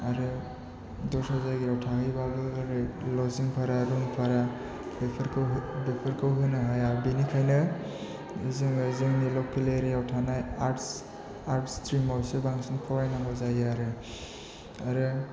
आरो दस्रा जायगायाव थाहैब्लाबो ओरै लजिं भारा रुम भारा बेफोरखौ होनो हाया बिनिखायनो जोङो जोंनि लकेल एरियायाव थानाय आर्ट्स आर्ट्स स्ट्रिमावसो बांसिन फरायनांगौ जायो आरो आरो